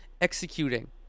executing